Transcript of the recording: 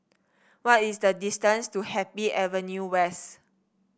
what is the distance to Happy Avenue West